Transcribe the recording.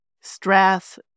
stress